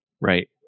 Right